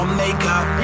makeup